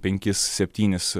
penkis septynis